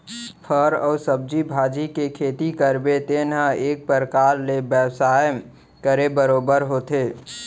फर अउ सब्जी भाजी के खेती करबे तेन ह एक परकार ले बेवसाय करे बरोबर होथे